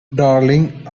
darling